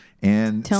tell